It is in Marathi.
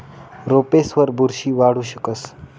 रोपेसवर बुरशी वाढू शकस